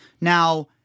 Now